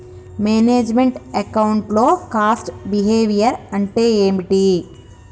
Manage meant account లో cost behaviour అంటే ఏమిటి?